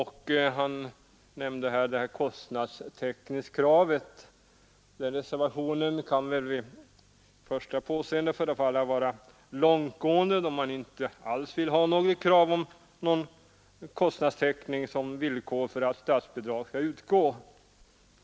Han nämnde bl.a. kostnadstäckningskravet, som tas upp i reservationen 1. Den reservationen kan vid första påseendet förefalla vara långtgående, då reservanterna inte vill att krav på kostnadstäckning skall uppställas som villkor för att statsbidrag skall utgå.